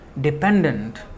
dependent